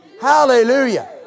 Hallelujah